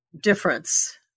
difference